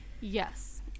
yes